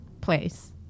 place